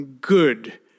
good